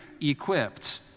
equipped